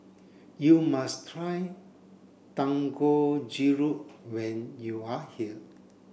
you must try Dangojiru when you are here